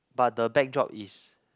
but the backdrop is